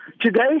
today